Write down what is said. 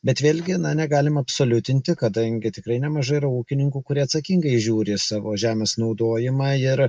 bet vėlgi negalima absoliutinti kadangi tikrai nemažai yra ūkininkų kurie atsakingai žiūri į savo žemės naudojimą ir